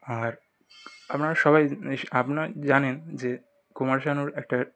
আর আপনারা সবাই নিস আপনারা জানেন যে কুমার শানুর একটা